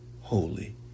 holy